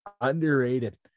Underrated